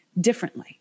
differently